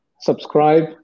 subscribe